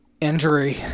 Injury